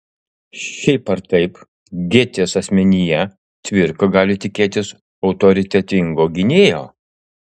šiaip ar taip gėtės asmenyje cvirka gali tikėtis autoritetingo gynėjo